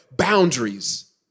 Boundaries